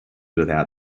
without